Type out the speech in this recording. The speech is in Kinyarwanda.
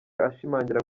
ashimangira